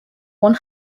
one